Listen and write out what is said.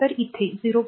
तर इथे r 0